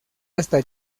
hasta